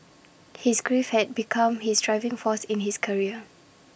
his grief had become his driving force in his career